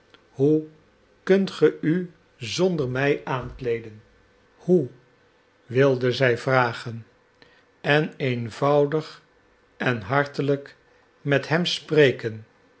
hoe kunt ge u zonder mij aankleeden hoe wilde zij vragen en eenvoudig en hartelijk met hem spreken